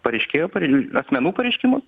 pareiškėjo asmenų pareiškimus